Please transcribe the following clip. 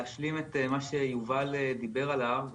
להשלים את מה שיובל דיבר עליו.